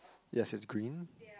yes it's green